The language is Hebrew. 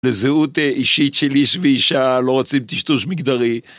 לזהות אישית של איש ואישה, לא רוצים טשטוש מגדרי.